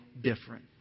different